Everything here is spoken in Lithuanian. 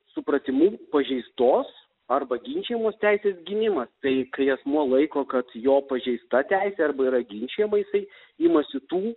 supratimu pažeistos arba ginčijamos teisės gynimas tai kai asmuo laiko kad jo pažeista teisė arba yra ginčijama jisai imasi tų